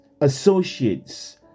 associates